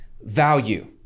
value